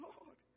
Lord